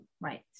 right